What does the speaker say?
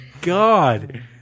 god